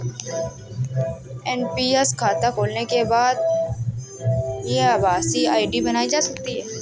NPS खाता खोलने के लिए आभासी आई.डी बनाई जा सकती है